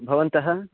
भवन्तः